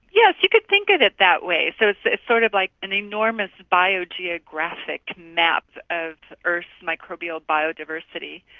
yes, you could think of it that way. so it's sort of like an enormous biogeographic map of earth's microbial biodiversity.